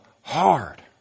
hard